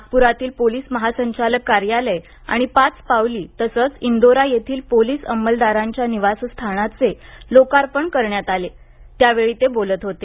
नागप्रातील पोलीस महासंचालक कार्यालय आणि पाचपावली तसंच इंदोरा येथील पोलीस अंमलदारांच्या निवासस्थानाचे लोकार्पण करण्यात आले त्यावेळी ते बोलत होते